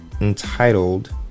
entitled